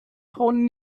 frauen